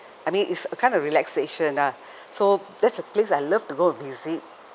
I mean it's a kind of relaxation ah so that's a place I love to go to visit